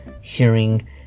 hearing